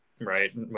right